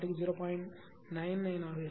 99 ஆக இருக்கும்